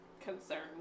concern